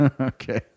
Okay